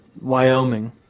Wyoming